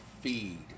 feed